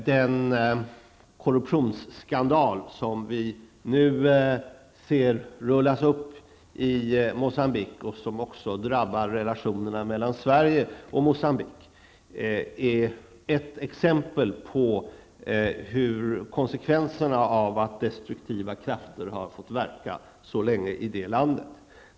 Den korruptionsskandal som vi nu ser rullas upp i Moçambique, vilken även drabbar relationerna mellan Sverige och Moçambique, är ett exempel på konsekvenserna av att destruktiva krafter har fått verka så länge i det landet.